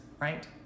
right